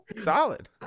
Solid